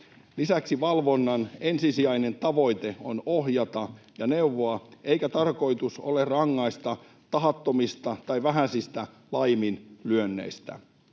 Lisäksi valvonnan ensisijainen tavoite on ohjata ja neuvoa, eikä tarkoitus ole rangaista tahattomista tai vähäisistä laiminlyönneistä.